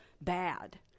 bad